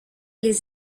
les